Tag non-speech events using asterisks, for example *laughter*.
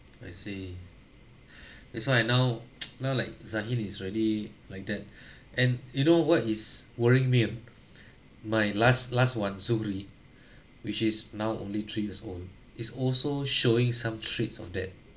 I see *breath* that's why I now *noise* now like zain is already like that *breath* and you know what is worrying me my last last one zuri *breath* which is now only three years old is also showing some traits of that